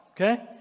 okay